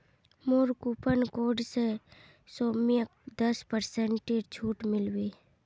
मोर coupon code स सौम्यक दस पेरसेंटेर छूट मिल बे